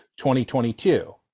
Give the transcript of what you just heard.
2022